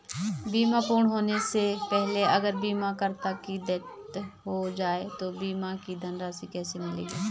बीमा पूर्ण होने से पहले अगर बीमा करता की डेथ हो जाए तो बीमा की धनराशि किसे मिलेगी?